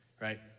right